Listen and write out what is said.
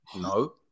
No